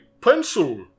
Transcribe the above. pencil